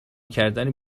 کردن